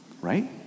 Right